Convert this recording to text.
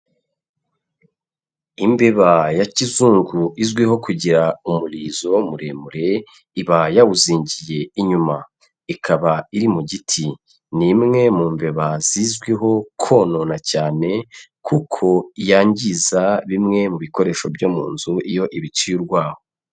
Imbeba ya kizunguru izwiho kugira umurizo muremure iba yawuzingiye inyuma, ikaba iri mu giti, ni imwe mu mbeba zizwiho konona cyane kuko yangiza bimwe mu bikoresho byo mu nzu iyo ibiciye urwaho.